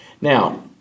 Now